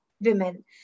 women